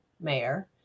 mayor